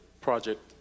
Project